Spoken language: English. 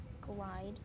glide